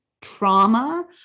trauma